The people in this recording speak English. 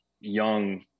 young